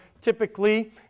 typically